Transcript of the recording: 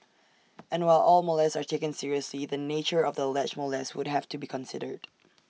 and while all molests are taken seriously the nature of the alleged molest would have to be considered